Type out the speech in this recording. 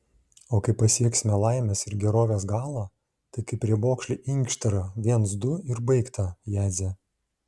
o kai pasieksime laimės ir gerovės galą tai kaip riebokšlį inkštirą viens du ir baigta jadze